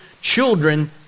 children